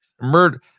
murder